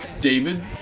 David